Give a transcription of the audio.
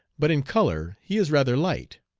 but in color he is rather light